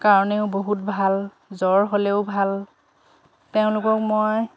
কাৰণেও বহুত ভাল জ্বৰ হ'লেও ভাল তেওঁলোকক মই